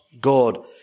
God